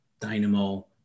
Dynamo